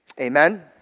Amen